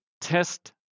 test